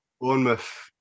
Bournemouth